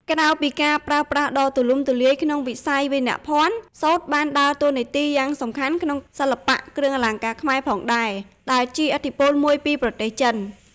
ក្រៅពីការប្រើប្រាស់ដ៏ទូលំទូលាយក្នុងវិស័យវាយនភ័ណ្ឌ សូត្រក៏បានដើរតួនាទីយ៉ាងសំខាន់នៅក្នុងសិល្បៈគ្រឿងអលង្ការខ្មែរផងដែរ ដែលជាឥទ្ធិពលមួយពីប្រទេសចិន។